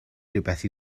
rywbeth